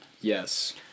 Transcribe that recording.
Yes